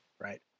right